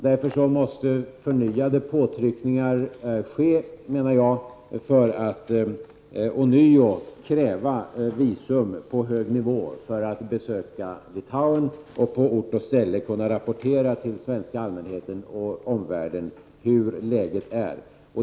Därför måste förnyade påtryckningar göras, menar jag, genom nya krav på visum på hög nivå för besök i Litauen för rapportering på ort och ställe till den svenska allmänheten och till omvärlden hurudant läget är.